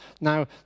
Now